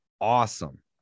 awesome